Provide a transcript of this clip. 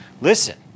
Listen